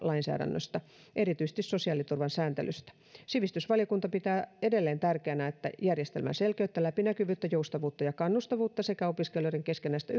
lainsäädännöstä erityisesti sosiaaliturvan sääntelystä sivistysvaliokunta pitää edelleen tärkeänä että järjestelmän selkeyttä läpinäkyvyyttä joustavuutta ja kannustavuutta sekä opiskelijoiden keskinäistä